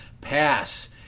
pass